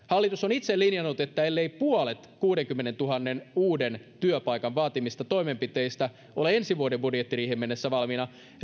linjannut että ellei puolet kuudenkymmenentuhannen uuden työllisen vaatimista toimenpiteistä ole ensi vuoden budjettiriiheen mennessä valmiina